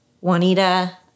Juanita